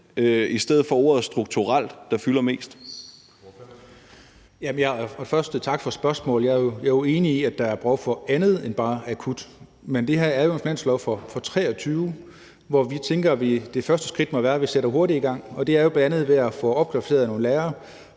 Kl. 11:13 Dennis Flydtkjær (DD): Først tak for spørgsmålet. Jeg er jo enig i, at der er behov for andet end bare det akutte. Men det her er jo et finanslovsforslag for 2023, hvor vi tænker, at det første skridt må være, at vi sætter hurtigt i gang. Og det er jo bl.a. ved at få opkvalificeret nogle lærere